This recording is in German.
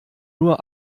nur